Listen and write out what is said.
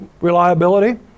reliability